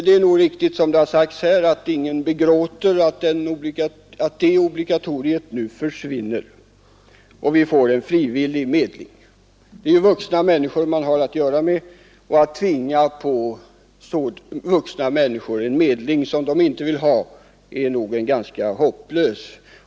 Det är nog riktigt, såsom det har anförts i debatten, att ingen begråter det obligatoriet när det nu försvinner och vi får en frivillig medling. Man har ju att göra med vuxna människor, och det är nog ganska hopplöst och meningslöst att tvinga på vuxna människor en medling som de inte vill vara med om.